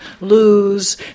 lose